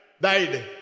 died